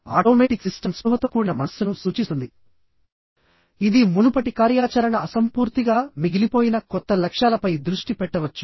automatic system స్పృహతో కూడిన మనస్సును సూచిస్తుంది ఇది మునుపటి కార్యాచరణ అసంపూర్తిగా మిగిలిపోయిన కొత్త లక్ష్యాలపై దృష్టి పెట్టవచ్చు